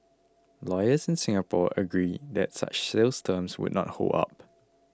lawyers in Singapore agree that such sales terms would not hold up